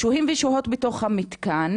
הם שוהים ושוהות בתוך המתקן,